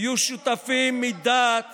תהיו שותפים מדעת